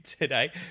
today